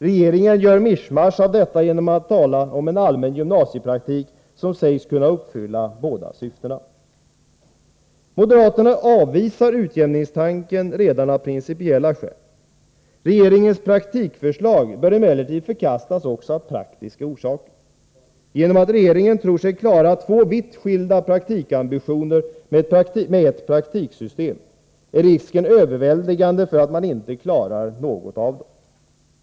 Regeringen gör mischmasch av detta genom att tala om en allmän gymnasiepraktik som sägs kunna uppfylla båda syftena. Moderaterna avvisar utjämningstanken redan av principiella skäl. Regeringens praktikförslag bör emellertid förkastas också av praktiska orsaker: Genom att regeringen tror sig klara två vitt skilda praktikambitioner med ett praktiksystem är risken överväldigande för att man inte klarar något av dem.